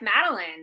Madeline